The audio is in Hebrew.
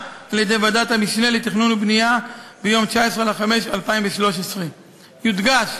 על-ידי ועדת המשנה לתכנון ובנייה ביום 19 במאי 2013. יודגש